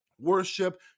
worship